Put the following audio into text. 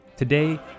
Today